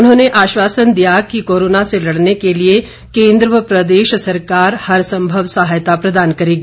उन्होंने आश्वासन किया कि कोरोना से लड़ने के लिए केंद्र व प्रदेश सरकार हरसंभव सहायता प्रदान करेगी